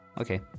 okay